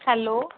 hello